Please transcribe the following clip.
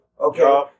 okay